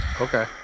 Okay